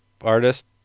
artist